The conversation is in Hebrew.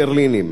פרלינים.